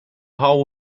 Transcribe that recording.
how